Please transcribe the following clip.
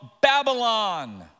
Babylon